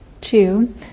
Two